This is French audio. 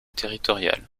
territoriales